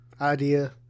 idea